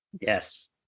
yes